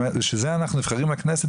בשביל זה אנחנו נבחרים לכנסת,